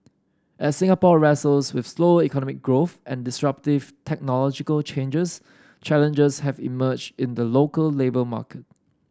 as Singapore wrestles with slow economic growth and disruptive technological changes challenges have emerged in the local labour market